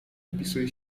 wpisuje